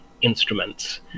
instruments